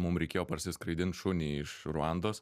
mum reikėjo parsiskraidint šunį iš ruandos